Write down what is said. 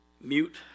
mute